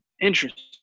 Interesting